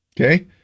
Okay